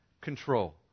control